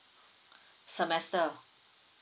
semester